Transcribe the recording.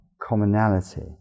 commonality